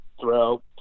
throw